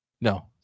No